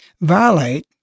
violate